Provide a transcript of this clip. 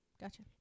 Gotcha